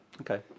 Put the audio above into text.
Okay